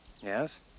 Yes